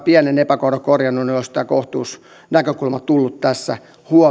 pienen epäkohdan korjanneet niin että olisi tämä kohtuusnäkökulma tullut tässä huomioitua